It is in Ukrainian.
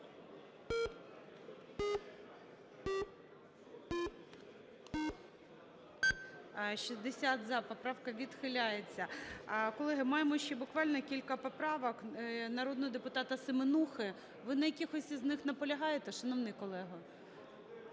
За-60 Поправка відхиляється. Колеги, маємо ще буквально кілька поправок народного депутата Семенухи. Ви на якихось з них наполягаєте, шановний колего?